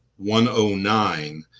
109